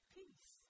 peace